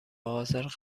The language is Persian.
حاضر